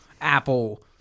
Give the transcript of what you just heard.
apple